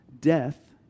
death